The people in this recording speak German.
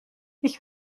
ich